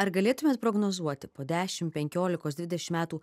ar galėtumėt prognozuoti po dešim penkiolikos dvidešim metų